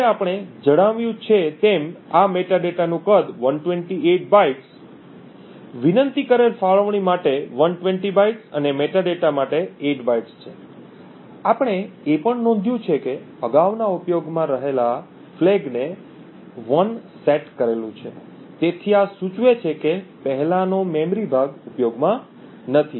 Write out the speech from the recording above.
હવે આપણે જણાવ્યું છે તેમ આ મેટાડેટાનું કદ 128 બાઇટ્સ વિનંતી કરેલ ફાળવણી માટે 120 બાઇટ્સ અને મેટાડેટા માટે 8 બાઇટ્સ છે આપણે એ પણ નોંધ્યું છે કે અગાઉના ઉપયોગમાં રહેલા ફ્લેગને 1 સેટ કરેલું છે તેથી આ સૂચવે છે કે પહેલાનો મેમરી ભાગ ઉપયોગમાં નથી